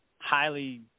highly